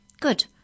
Good